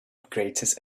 greatest